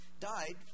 died